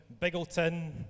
Biggleton